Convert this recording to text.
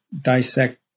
dissect